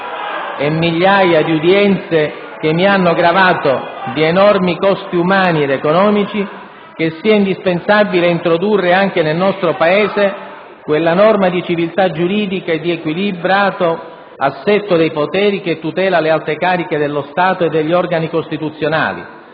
e migliaia di udienze che mi hanno gravato di enormi costi umani ed economici, che sia indispensabile introdurre anche nel nostro Paese quella norma di civiltà giuridica e di equilibrato assetto dei poteri che tutela le alte cariche dello Stato e degli organi costituzionali,